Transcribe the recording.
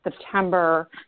September